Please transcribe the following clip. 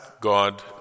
God